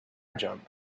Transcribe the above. jump